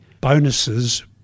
bonuses